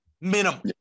minimum